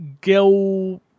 gil